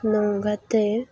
ᱱᱚᱝᱠᱟᱛᱮ